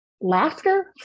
laughter